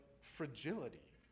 fragility